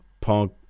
Punk